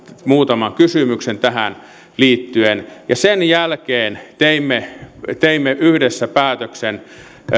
muutaman kysymyksen tähän liittyen ja sen jälkeen teimme teimme yhdessä päätöksen